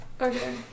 Okay